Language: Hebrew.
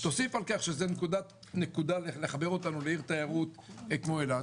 תוסיף על כך שזו נקודה לחבר אותנו לעיר תיירות כמו אילת,